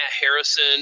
Harrison